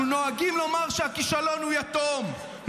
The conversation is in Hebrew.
אנחנו נוהגים לומר שהכישלון הוא יתום,